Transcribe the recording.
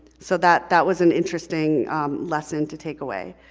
so that that was an interesting lesson to take away.